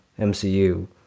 MCU